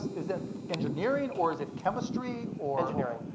is it engineering or is it chemistry or? engineering.